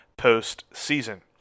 POSTSEASON